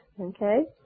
Okay